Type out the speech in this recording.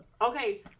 Okay